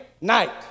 night